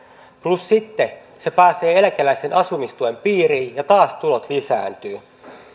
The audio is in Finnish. plus sitten se pääsee eläkeläisen asumistuen piiriin ja taas tulot lisääntyvät